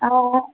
অঁ